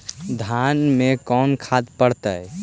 धान मे कोन खाद पड़तै?